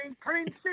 princess